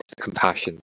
compassion